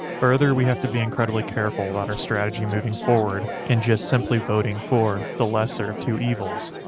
further we have to be incredibly careful about our strategy moving forward, and just simply voting for the lesser of two evils.